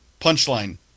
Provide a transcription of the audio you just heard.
punchline